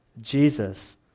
Jesus